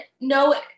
no